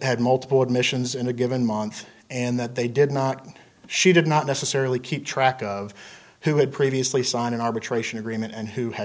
had multiple admissions in a given month and that they did not she did not necessarily keep track of who had previously signed an arbitration agreement and who had